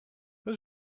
who